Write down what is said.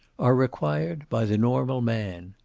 are required by the normal man.